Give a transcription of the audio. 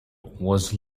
was